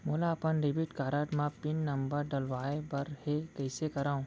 मोला अपन debit card म पिन नंबर डलवाय बर हे कइसे करव?